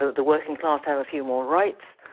the working class to have a few more rights,